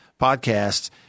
Podcasts